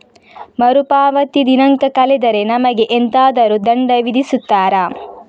ಮರುಪಾವತಿ ದಿನಾಂಕ ಕಳೆದರೆ ನಮಗೆ ಎಂತಾದರು ದಂಡ ವಿಧಿಸುತ್ತಾರ?